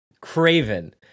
Craven